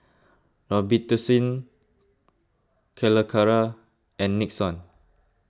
Robitussin Calacara and Nixon